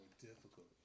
difficult